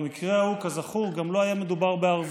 במקרה ההוא, כזכור, גם לא היה מדובר בערבי.